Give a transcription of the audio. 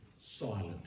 Silent